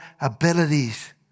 abilities